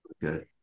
Good